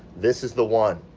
this is the one.